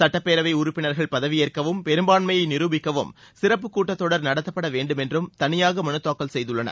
சுட்டப்பேரவை உறுப்பினர்கள் பதவியேற்கவும் பெரும்பான்மையை நிரூபிக்கவும் சிறப்பு கூட்டத்தொடர் நடத்தப்பட வேண்டும் என்றும் தனியாக மனு தாக்கல் செய்துள்ளன